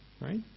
right